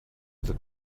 that